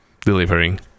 delivering